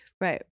right